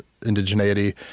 Indigeneity